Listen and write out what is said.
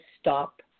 stop